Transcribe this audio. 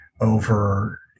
over